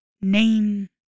name